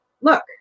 Look